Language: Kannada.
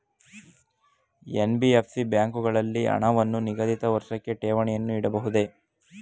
ಎನ್.ಬಿ.ಎಫ್.ಸಿ ಬ್ಯಾಂಕುಗಳಲ್ಲಿ ಹಣವನ್ನು ನಿಗದಿತ ವರ್ಷಕ್ಕೆ ಠೇವಣಿಯನ್ನು ಇಡಬಹುದೇ?